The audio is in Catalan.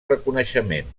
reconeixement